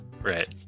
Right